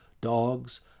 dogs